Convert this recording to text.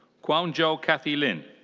kuan jou cathy lin.